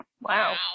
Wow